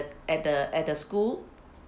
at the at the school